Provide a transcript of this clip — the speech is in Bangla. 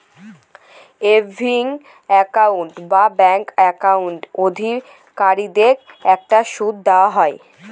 সেভিংস একাউন্ট এ ব্যাঙ্ক একাউন্ট অধিকারীদের একটা সুদ দেওয়া হয়